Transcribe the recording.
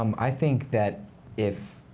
um i think that if